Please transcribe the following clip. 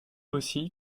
aussi